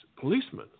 policemen